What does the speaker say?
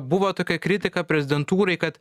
buvo tokia kritika prezidentūrai kad